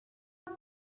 what